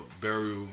burial